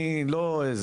אני לא,